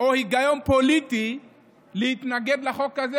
או היגיון פוליטי להתנגד לחוק הזה,